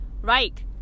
Right